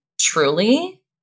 truly